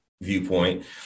viewpoint